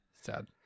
sad